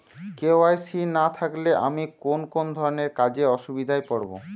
KYC না থাকলে আমি কোন কোন ধরনের কাজে অসুবিধায় পড়ব?